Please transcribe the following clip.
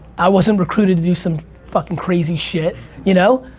i wasn't recruited to do some fuckin' crazy shit, you know?